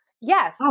Yes